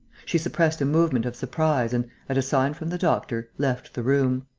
she suppressed a movement of surprise and, at a sign from the doctor, left the room.